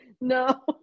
no